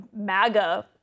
MAGA